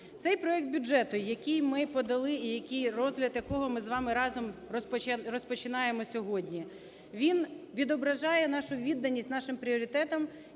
Цей проект бюджету, який ми подали і розгляд якого ми з вами разом розпочинаємо сьогодні, він відображає нашу відданість нашим пріоритетам